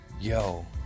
Yo